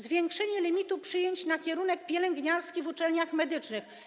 Zwiększono limit przyjęć na kierunek pielęgniarski na uczelniach medycznych.